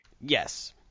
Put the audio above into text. Yes